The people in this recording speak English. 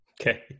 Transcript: Okay